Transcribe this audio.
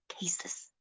cases